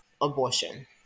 abortion